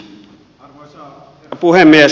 arvoisa puhemies